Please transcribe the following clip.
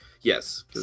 Yes